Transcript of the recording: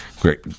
Great